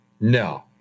no